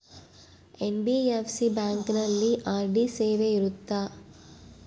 NBFC ಬ್ಯಾಂಕಿನಲ್ಲಿ RD ಸೇವೆ ಇರುತ್ತಾ?